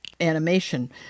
animation